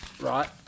Right